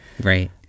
Right